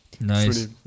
Nice